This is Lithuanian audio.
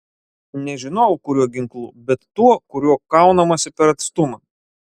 nežinojau kuriuo ginklu bet tuo kuriuo kaunamasi per atstumą